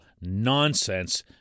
nonsense